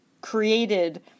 created